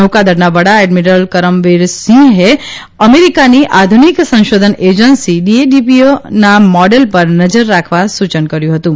નૌકાદળના વડા એડમિરલ કરમવીરસિંહે અમેરીકાની આધુનિક સંશોધન એજન્સી ડીએડીપીએ ના મોડલ પર નજર રાખવા સૂચન કર્યું હતું